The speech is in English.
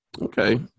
Okay